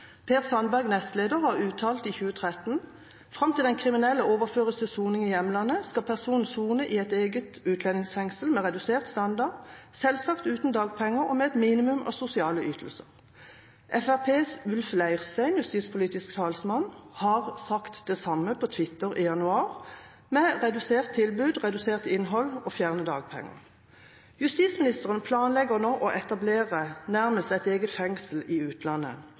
Per Sandberg, nestleder, uttalte i 2013: «Frem til den kriminelle overføres for soning i hjemlandet, skal personen sone i et eget utlendingsfengsel med redusert standard. Selvsagt uten dagpenger, og med et minimum av sosiale ytelser.» Fremskrittspartiets Ulf Leirstein, justispolitisk talsmann, sa det samme på Twitter i januar: redusert tilbud, redusert innhold og fjerne dagpenger. Justisministeren planlegger nå å etablere nærmest et eget fengsel i utlandet.